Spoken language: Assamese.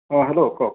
অঁ হেল্ল' কওক